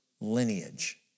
lineage